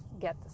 get